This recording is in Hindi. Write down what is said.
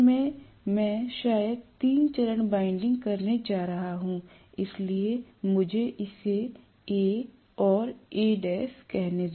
तो स्टेटर में मैं शायद तीन चरण वाइंडिंग करने जा रहा हूं इसलिए मुझे इसे A और Al कहने दे